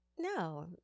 No